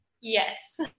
Yes